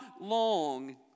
long